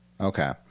Okay